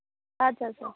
اَدٕ حظ اَدٕ حظ